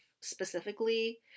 specifically